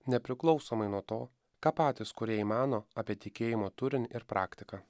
nepriklausomai nuo to ką patys kūrėjai mano apie tikėjimo turinį ir praktiką